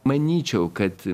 manyčiau kad